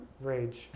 rage